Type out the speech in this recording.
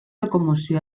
locomoció